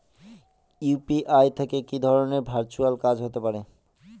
UPI থেকে কি ধরণের ভার্চুয়াল কাজ হতে পারে?